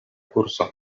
kurso